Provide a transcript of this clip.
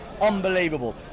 Unbelievable